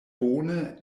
bone